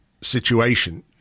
situation